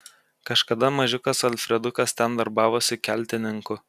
kažkada mažiukas alfredukas ten darbavosi keltininku